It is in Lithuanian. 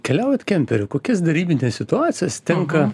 keliaujat kemperiu kokias derybines situacijas tenka